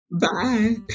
Bye